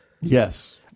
Yes